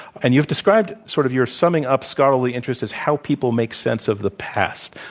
and you've described, sort of your summing up scholarly interest is how people make sense of the past.